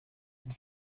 they